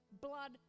blood